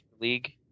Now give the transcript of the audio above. League